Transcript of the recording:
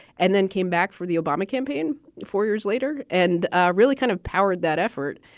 and then came back for the obama campaign four years later and really kind of powered that effort,